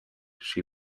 she